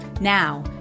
Now